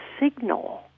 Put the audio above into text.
signal